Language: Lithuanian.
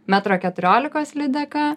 metro keturiolikos lydeka